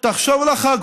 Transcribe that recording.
תחשוב לך,